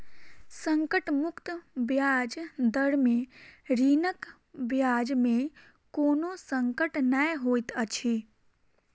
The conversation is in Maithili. संकट मुक्त ब्याज दर में ऋणक ब्याज में कोनो संकट नै होइत अछि